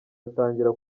atangira